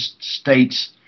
states